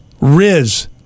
Riz